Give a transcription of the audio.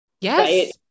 Yes